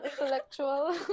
Intellectual